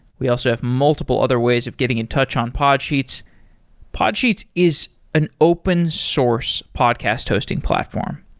we also have multiple other ways of getting in touch on podsheets podsheets is an open source podcast hosting platform.